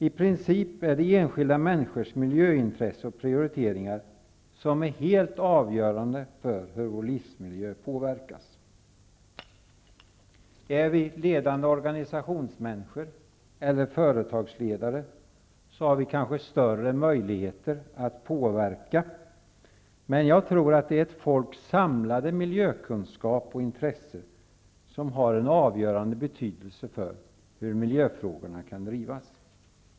I princip är det enskilda människors miljöintresse och prioriteringar som är helt avgörande för hur vår livsmiljö påverkas. Om vi är ledande organisationsmänniskor eller företagsledare har vi kanske större möjligheter att påverka, men jag tror att det är ett folks samlade miljökunskap och intresse som har en avgörande betydelse för hur miljöfrågorna kan drivas.